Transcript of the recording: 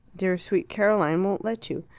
dear sweet caroline won't let you.